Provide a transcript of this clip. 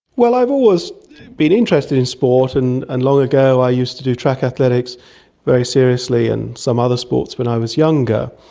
i've always been interested in sport, and and long ago i used to do track athletics very seriously and some other sports when i was younger.